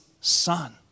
son